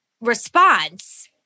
response